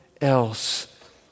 else